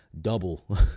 double